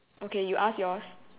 okay you ask yours